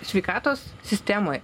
sveikatos sistemoje